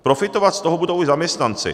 Profitovat z toho budou i zaměstnanci.